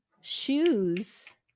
Shoes